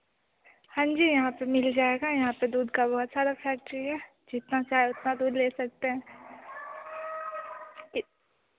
हाँ जी यहाँ पर मिल जाएगा यहाँ पर दूध का बहुत सारा फेक्ट्री है जितना चाहे उतना दूध ले सकते हैं